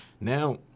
now